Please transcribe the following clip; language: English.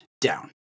down